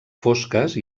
fosques